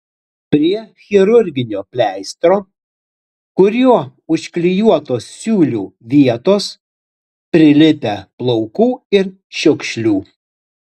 prie chirurginio pleistro kuriuo užklijuotos siūlių vietos prilipę plaukų ir šiukšlių